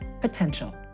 potential